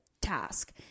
task